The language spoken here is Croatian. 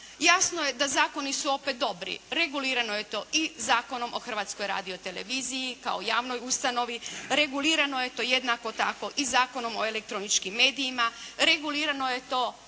Jasno je da zakoni su opet dobri, regulirano je to i Zakonom o Hrvatskoj radioteleviziji kao javnoj ustanovi, regulirano je to jednako tako i Zakonom o elektroničkim medijima, regulirano je to